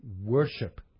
worship